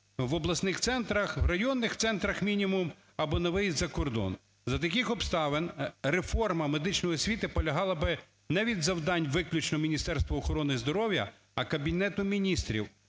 в обласних центрах, в районних центрах мінімум або на виїзд за кордон. За таких обставин реформа медичної освіти полягала би не від завдань виключно Міністерства охорони здоров'я, а Кабінету Міністрів